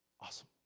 Awesome